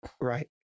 Right